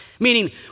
meaning